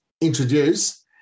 introduce